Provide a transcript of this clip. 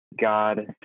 God